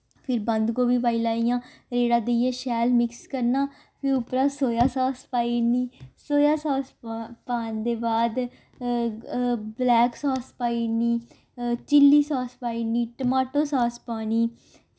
फिर बंद गोभी पाई लेई इ'यां रेड़ा देइयै शैल मिक्स करना फ्ही उप्परा सोया सॉस पाई ओड़नी सोया सॉस पान दे बाद ब्लैक सॉस पाई ओड़नी चिली सॉस पाई ओड़नी टमाटो सॉस पानी